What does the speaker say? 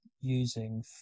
using